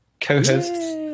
co-hosts